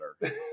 better